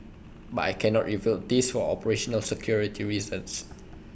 but I cannot reveal this for operational security reasons